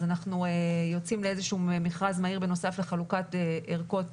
אנחנו יוצאים לאיזשהו מכרז מהיר בנוסף לחלוקת ערכות